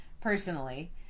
personally